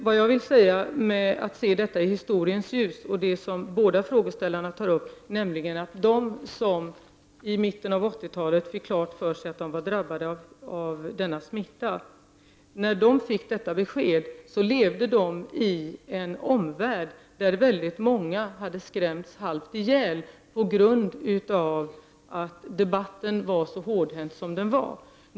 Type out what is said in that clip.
Vad jag menar med att se detta i historiens ljus är — som frågeställarna även har tagit upp — att de som i mitten av 80-talet fick klart för sig att de var drabbade av denna smitta levde då i en omvärld där många hade skrämts halvt ihjäl på grund av att debatten var så hårdhänt.